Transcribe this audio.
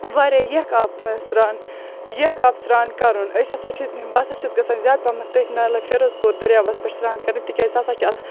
واریاہ یِکھ آب سران یِکھ آب سران کَرُن أسۍ ہَسا چھِ بہٕ ہَسا چھَس گَژھان زیاد پَہمَتھ تٔتھ نالے فیروز پوٗردریاوَس پیٹھ سران کَرنہِ تکیاز سُہ ہَسا چھُ آسان